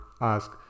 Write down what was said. ask